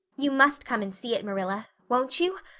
you must come and see it, marilla won't you?